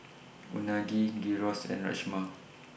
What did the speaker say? Unagi Gyros and Rajma